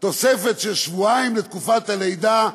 "תוספת של שבועיים לתקופת הלידה,